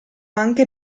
anche